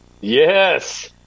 Yes